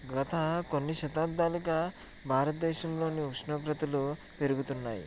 గత కొన్ని శతాబ్దాలుగా భారతదేశంలోని ఉష్ణోగ్రతలు పెరుగుతున్నాయి